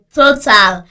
total